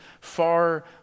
far